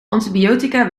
antibiotica